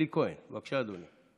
אלי כהן, בבקשה, אדוני.